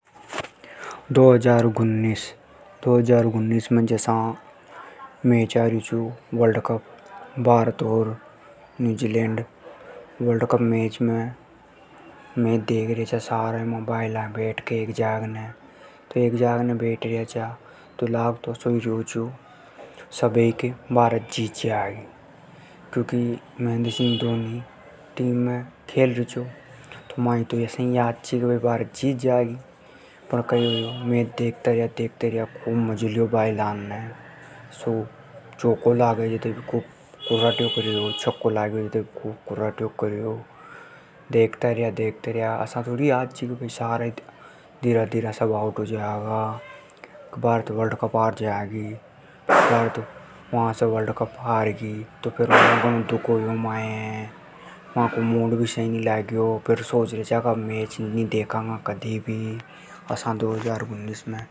दो हज़ार उन्नीस, दो हज़ार उन्नीस में जसा मैच आ रयो छो वर्ल्ड कप । भारत ओर न्यूजीलैंड। वर्ल्ड कप मैच में मैच देख् रया छा म्हा सारा ही भायला बेठ के एक जाग ने तो एक जाग ने बैठ रया चा तो लाग तो असो ही रयो छो सबे के भारत जीत जागी। क्योंकि महेंद सिंह धोनी टीम में खेल रयो छो तो असा ही याद चि के भारत जीत जागी। पण कई होयो मैच देखता रया देखता रया। मजो ल्यो भाईला ने चोका-छक्का लाग्या जे खुब कुर्राट्यो कर्यो। देखता रया देखता रया पण असा थोड़ी याद छी के भ ई धीरे-धीरे सब आउट हो जागा। भारत वर्ल्ड कप हार जागी। वा से वर्ल्ड कप हारगी तो फेर घणो दुःख होयो माये। फेर माको मूड भी नी लाग्यो। म्हाने सोची अब मैच भी नी देखांगा कदी।